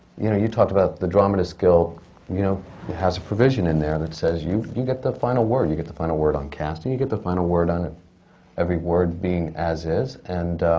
you know, you talked about the dramatists guild you know has a provision in there that says you you get the final word! you get the final word on casting, you get the final word on every word being as is, and